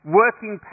working